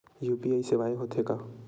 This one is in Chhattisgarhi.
यू.पी.आई सेवाएं हो थे का?